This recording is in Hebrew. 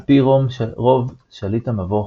על פי רוב שליט המבוך,